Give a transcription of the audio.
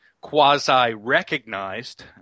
quasi-recognized